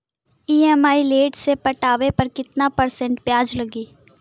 EMI late से पटावे पर कितना परसेंट ब्याज लगी?